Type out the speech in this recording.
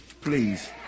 please